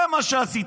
זה מה שעשית,